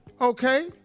Okay